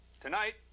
Tonight